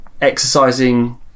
exercising